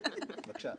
המנכ"ל ואני,